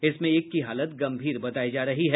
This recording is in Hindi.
इसमें एक की हालत गम्भीर बतायी जा रही है